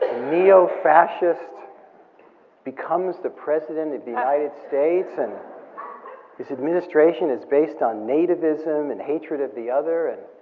neo-fascist becomes the president of the united states and his administration is based on nativism and hatred of the other? and